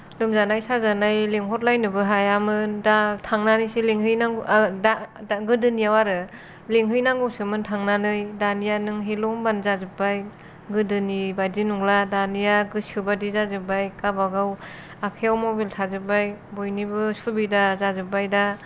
लोमजानाय साजानाय लेंहरलायनोबो हायामोन दा थांनानैसो लिंहैनांगौ दा दा गोदोनियाव आरो लेंहैनांगौसोमोन थांनानै दानिया नों हेल' होनबानो जाजोब्बाय गोदोनि बादि नंला दानिया गोसो बादि जाजोब्बाय गावबा गाव आखायाव मबाइल थाजोब्बाय बयनिबो सुबिदा जाजोब्बाय दा